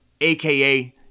AKA